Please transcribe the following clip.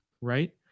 right